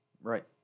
Right